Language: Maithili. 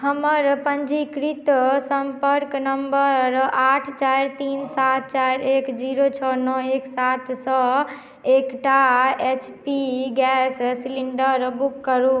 हमर पंजीकृत सम्पर्क नम्बर आठ चारि तीन सात चारि एक जीरो छओ नओ एक सात सँ एकटा H P gas cylinder book करू